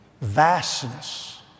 vastness